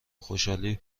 خوشحالی